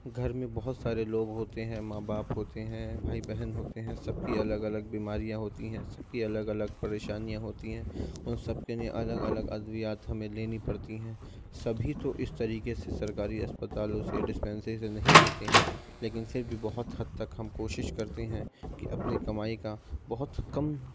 گھر میں بہت سارے لوگ ہوتے ہیں ماں باپ ہوتے ہیں بھائی بہن ہوتے ہیں سب کی الگ الگ بیماریاں ہوتی ہیں سب کی الگ الگ پریشانیاں ہوتی ہیں ان سب کے لیے الگ الگ ادویات ہمیں لینی پڑتی ہیں سبھی تو اس طریقے سے سرکاری اسپتالوں سے ڈسپینسری سے نہیں لیتے ہیں لیکن پھر بھی بہت حد تک ہم کوشش کرتے ہیں کہ اپنی کمائی کا بہت کم